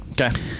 Okay